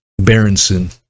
Berenson